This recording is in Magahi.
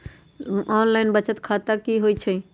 ऑनलाइन बचत खाता की होई छई?